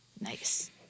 Nice